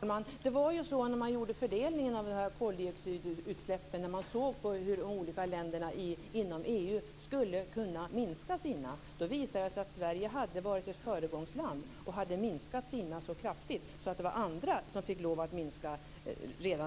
Fru talman! När fördelningen gjordes beträffande koldioxidutsläppen och man såg hur de olika länderna i EU skulle kunna minska sina utsläpp visade det sig att Sverige hade varit ett föregångsland och hade minskat sina så kraftigt att andra fick lov att minska